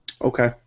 Okay